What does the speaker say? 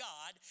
God